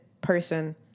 person